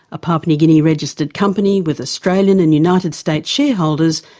a papua new guinea-registered company with australian and united states shareholders,